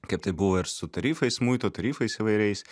kaip tai buvo ir su tarifais muitų tarifais įvairiais